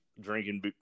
drinking